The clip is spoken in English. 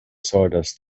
sawdust